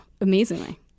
amazingly